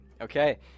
Okay